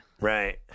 Right